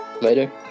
Later